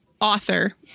author